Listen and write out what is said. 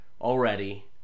already